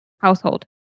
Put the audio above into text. household